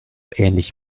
ähnlich